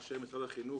אנשי משרד חינוך,